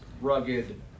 rugged